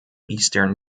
eastern